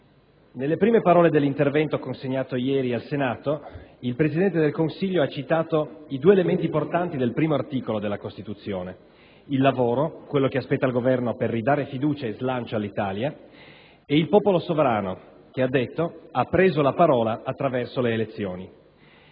nelle prime parole dell'intervento consegnato ieri al Senato, il Presidente del Consiglio ha citato i due elementi portanti del primo articolo della Costituzione: il lavoro, quello che spetta al Governo per ridare fiducia e slancio all'Italia, e il popolo sovrano, che - come il Presidente ha detto - ha preso la parola attraverso le elezioni.